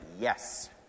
yes